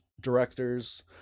directors